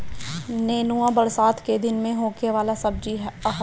नेनुआ बरसात के दिन में होखे वाला सब्जी हअ